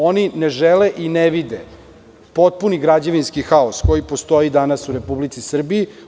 Oni ne žele i ne vide potpuni građevinski haos koji postoji danas u Republici Srbiji.